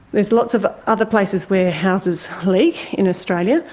there's lots of other places where houses leak in australia.